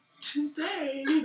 today